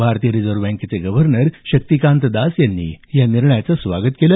भारतीय रिझर्व्ह बँकेचे गव्हर्नर शक्तिकांत दास यांनी या निर्णयाचं स्वागत केलं